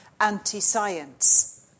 anti-science